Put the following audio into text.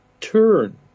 turn